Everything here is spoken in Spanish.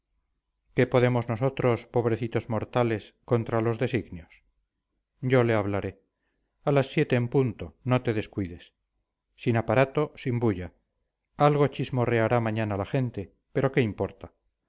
qué podemos nosotros pobrecitos mortales contra los designios yo le hablaré a las siete en punto no te descuides sin aparato sin bulla algo chismorreará mañana la gente pero qué importa